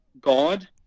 God